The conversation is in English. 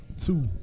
Two